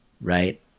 right